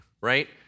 right